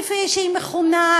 כפי שהיא מכונה,